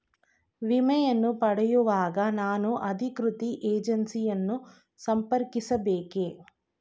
ವಿಮೆಯನ್ನು ಪಡೆಯುವಾಗ ನಾನು ಅಧಿಕೃತ ಏಜೆನ್ಸಿ ಯನ್ನು ಸಂಪರ್ಕಿಸ ಬೇಕೇ?